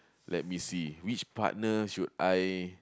let me see which partner should I